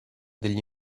degli